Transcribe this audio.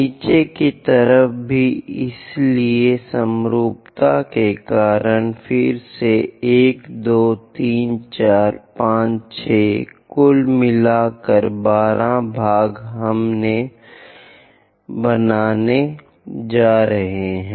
नीचे की तरफ भी इसलिए समरूपता के कारण फिर से 1 2 3 4 5 6 कुल मिलाकर 12 भाग हम बनाने जा रहे हैं